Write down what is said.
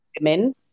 women